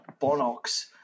Bonox